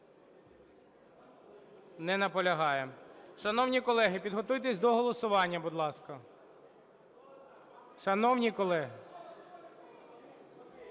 Не наполягає. Шановні колеги, підготуйтесь до голосування, будь ласка. Шановні колеги!